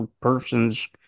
persons